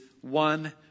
one